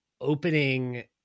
opening